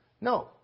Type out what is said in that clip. no